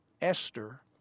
Esther